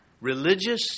religious